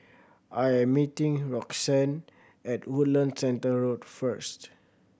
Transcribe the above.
I am meeting Roxann at Woodlands Centre Road first